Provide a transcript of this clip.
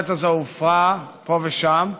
שהמסורת הזו הופרה פה ושם,